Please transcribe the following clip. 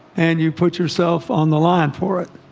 and you put yourself on the line for it.